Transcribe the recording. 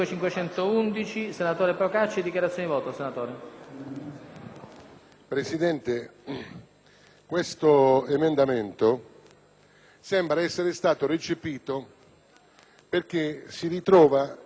Presidente, questo emendamento sembra essere stato recepito, perché si ritrova inserito all'articolo 25,